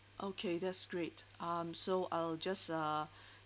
okay that's great um so I'll just uh